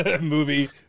movie